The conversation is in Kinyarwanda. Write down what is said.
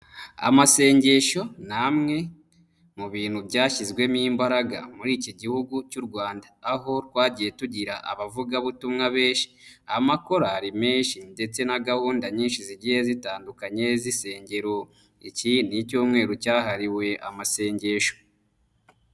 Amasengesho ni amwe mu bintu byashyizwemo imbaraga muri iki gihugu cy'u Rwanda, aho twagiye tugira abavugabutumwa benshi, amakorari menshi ndetse na gahunda nyinshi zigiye zitandukanye z'insengero. Iki ni icyumweru cyahariwe amasengesho.